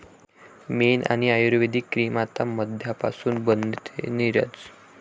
मेण आणि आयुर्वेदिक क्रीम आता मधापासून बनते, नीरज